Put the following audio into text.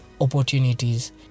opportunities